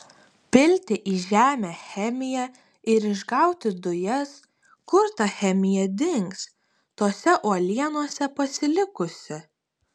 pilti į žemę chemiją ir išgauti dujas kur ta chemija dings tose uolienose pasilikusi